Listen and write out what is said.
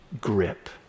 grip